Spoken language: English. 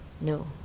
No